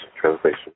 translation